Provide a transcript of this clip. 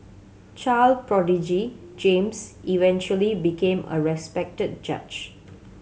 child prodigy James eventually became a respected judge